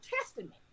testament